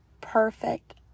perfect